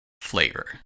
flavor